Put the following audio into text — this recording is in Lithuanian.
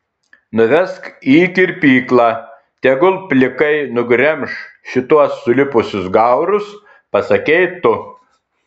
nuvesk į kirpyklą tegul plikai nugremš šituos sulipusius gaurus pasakei tu